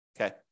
okay